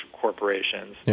corporations